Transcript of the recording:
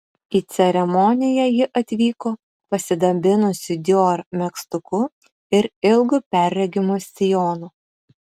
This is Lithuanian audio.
į ceremoniją ji atvyko pasidabinusi dior megztuku ir ilgu perregimu sijonu